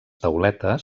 tauletes